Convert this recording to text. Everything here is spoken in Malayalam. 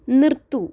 നിർത്തൂ